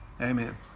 Amen